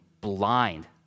blind